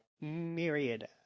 myriad